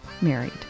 married